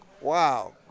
Wow